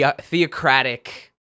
theocratic